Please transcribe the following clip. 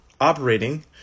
operating